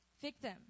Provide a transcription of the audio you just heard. victim